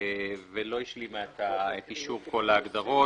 ולא השלימה את אישור כל ההגדרות.